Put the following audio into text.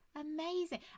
Amazing